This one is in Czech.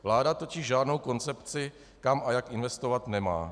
Vláda totiž žádnou koncepci, kam a jak investovat, nemá.